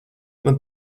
man